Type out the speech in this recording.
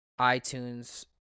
iTunes